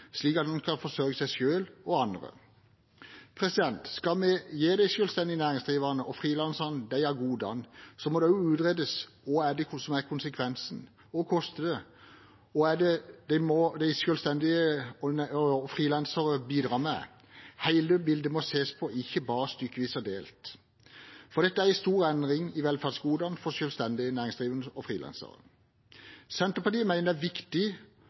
slik at man kan forsørge seg selv og andre. Skal vi gi de selvstendig næringsdrivende og frilanserne disse godene, må det også utredesutredes hva som er konsekvensen – hva koster det, hva er det de selvstendige og frilanserne bidrar med? Hele bildet må ses på, ikke bare stykkevis og delt, for dette er en stor endring i velferdsgodene for selvstendig næringsdrivende og frilansere. Senterpartiet mener det er viktig